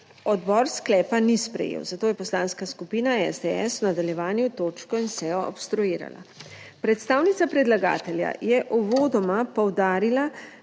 Odbor sklepa ni sprejel, zato je Poslanska skupina SDS v nadaljevanju točko in sejo obstruirala. Predstavnica predlagatelja je uvodoma poudarila,